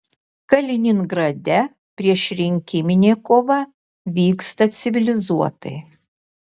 kaliningrade priešrinkiminė kova vyksta civilizuotai